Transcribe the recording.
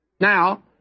Now